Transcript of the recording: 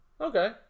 Okay